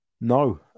no